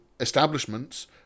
establishments